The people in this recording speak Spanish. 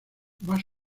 más